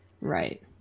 Right